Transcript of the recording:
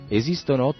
esistono